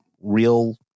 real